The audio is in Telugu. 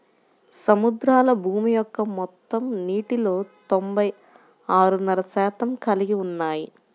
సముద్రాలు భూమి యొక్క మొత్తం నీటిలో తొంభై ఆరున్నర శాతం కలిగి ఉన్నాయి